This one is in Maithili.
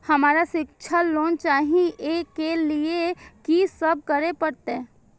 हमरा शिक्षा लोन चाही ऐ के लिए की सब करे परतै?